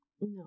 No